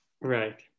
right